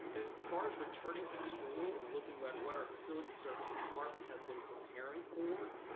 as far as returning to school and looking at what our facility services department has been preparing for,